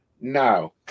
No